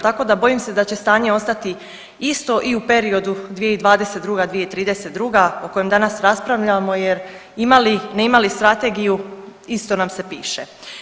Tako da bojim se da će stanje ostati isto i u periodu 2022., 2032. o kojem danas raspravljamo jer imali, ne imali strategiju isto nam se piše.